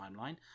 timeline